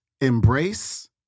Embrace